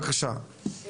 מעצבת גרפית ועורכת תוכן,